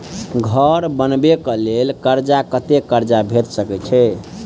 घर बनबे कऽ लेल कर्जा कत्ते कर्जा भेट सकय छई?